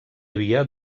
havia